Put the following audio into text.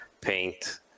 paint